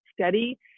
steady